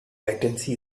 latency